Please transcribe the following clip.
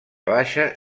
baixa